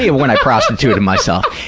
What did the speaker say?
yeah when i prostituted myself,